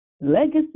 legacy